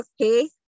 okay